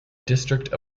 district